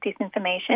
disinformation